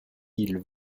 ils